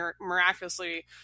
miraculously